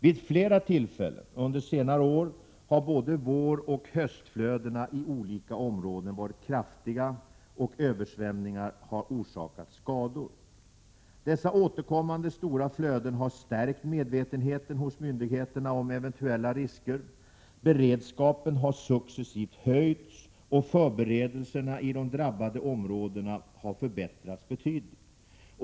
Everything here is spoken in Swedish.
Vid flera tillfällen under senare år har både våroch höstflödena i olika områden varit kraftiga, och översvämningar har orsakat skador. Dessa återkommande stora flöden har stärkt medvetenheten hos myndigheterna om eventuella risker. Beredskapen har successivt höjts, och förberedelserna i de drabbade områdena har förbättrats betydligt.